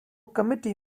committee